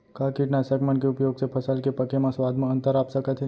का कीटनाशक मन के उपयोग से फसल के पके म स्वाद म अंतर आप सकत हे?